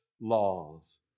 laws